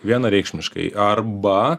vienareikšmiškai arba